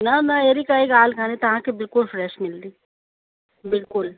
न न अहिड़ी काई ॻाल्हि कोन्हे तव्हांखे बिल्कुलु फ़्रेश मिलंदी बिल्कुलु